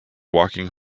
walking